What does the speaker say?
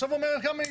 עכשיו אומר קמיניץ